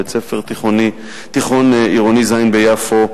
בית-ספר תיכון עירוני ז' ביפו,